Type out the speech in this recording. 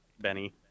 Benny